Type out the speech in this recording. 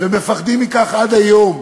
ומפחדים מכך עד היום.